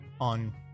on